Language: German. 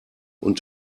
und